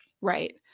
right